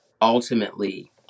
ultimately